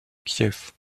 kiev